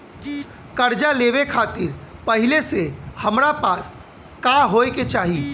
कर्जा लेवे खातिर पहिले से हमरा पास का होए के चाही?